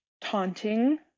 taunting